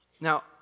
Now